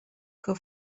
que